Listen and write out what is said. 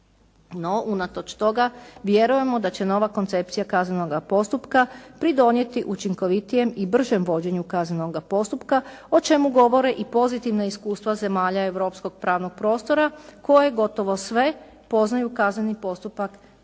No, unatoč toga vjerujemo da će nova koncepcija kaznenoga postupka pridonijeti učinkovitijem i bržem vođenju kaznenoga postupka o čemu govore i pozitivna iskustva zemalja europskog pravnog prostora koje gotovo sve poznaju kazneni postupak temeljen